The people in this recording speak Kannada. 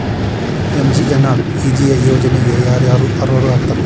ಎಂ.ಜಿ.ಎನ್.ಆರ್.ಇ.ಜಿ.ಎ ಯೋಜನೆಗೆ ಯಾರ ಯಾರು ಅರ್ಹರು ಆಗ್ತಾರ?